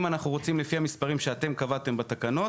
אם אנחנו רוצים לפי המספרים שאתם קבעתם בתקנות,